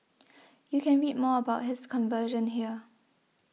you can read more about his conversion here